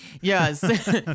Yes